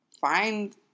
find